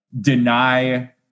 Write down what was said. deny